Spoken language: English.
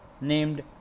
named